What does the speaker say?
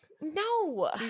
No